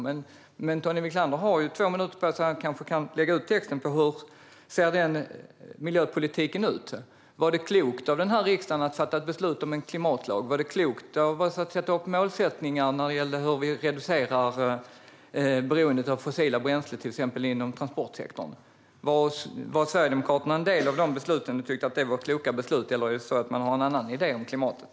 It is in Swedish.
Men Tony Wiklander har två minuter på sig. Han kanske kan lägga ut texten om hur den miljöpolitiken ser ut. Var det klokt av den här riksdagen att fatta beslut om en klimatlag? Var det klokt att sätta upp målsättningar för hur vi ska reducera beroendet av fossila bränslen, till exempel inom transportsektorn? Tyckte Sverigedemokraterna att det var kloka beslut, eller har man en annan idé om klimatet?